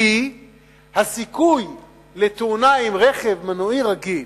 כי הסיכוי לתאונה עם רכב מנועי רגיל,